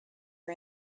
are